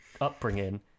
upbringing